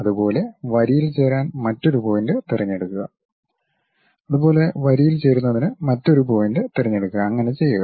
അതുപോലെ വരിയിൽ ചേരാൻ മറ്റൊരു പോയിന്റ് തിരഞ്ഞെടുക്കുക അതുപോലെ വരിയിൽ ചേരുന്നതിന് മറ്റൊരു പോയിന്റ് തിരഞ്ഞെടുക്കുകഅങ്ങനെ ചെയ്യുക